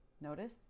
Notice